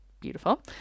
Beautiful